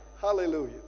Hallelujah